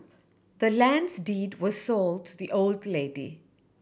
the land's deed was sold to the old lady